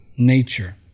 Nature